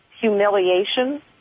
humiliation